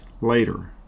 later